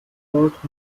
port